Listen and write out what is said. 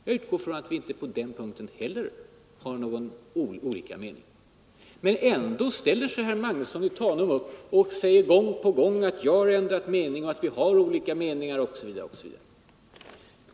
Jag utgår från att vi inte på den punkten heller har olika meningar. Ändå ställer sig herr Magnusson i Tanum upp och säger gång på gång att jag har ändrat mening, att vi har olika uppfattning osv.